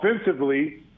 Offensively